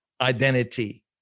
identity